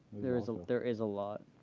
there is ah there is a lot.